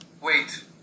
wait